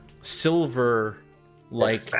silver-like